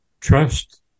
trust